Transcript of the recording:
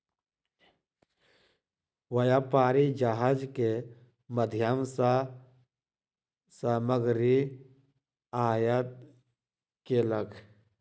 व्यापारी जहाज के माध्यम सॅ सामग्री आयात केलक